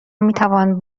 میتوان